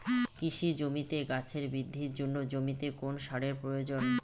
কৃষি জমিতে গাছের বৃদ্ধির জন্য জমিতে কোন সারের প্রয়োজন?